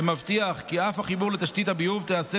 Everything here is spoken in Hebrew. ומבטיח כי אף החיבור לתשתית הביוב תיעשה